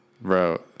Bro